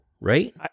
right